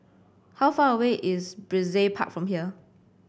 how far away is Brizay Park from here